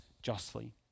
justly